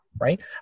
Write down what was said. right